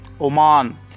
Oman